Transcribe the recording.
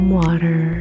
water